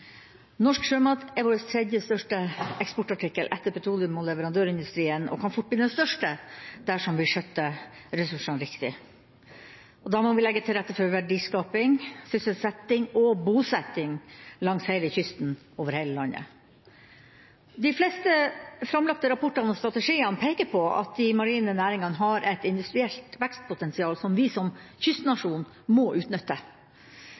Norsk sjømat er vår tredje største eksportartikkel etter petroleum og leverandørindustrien og kan fort bli den største dersom vi skjøtter ressursene riktig. Da må vi legge til rette for verdiskaping, sysselsetting og bosetting langs hele kysten, over hele landet. De fleste framlagte rapporter og strategier peker på at de marine næringene har et industrielt vekstpotensial som vi som kystnasjon må utnytte.